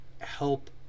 help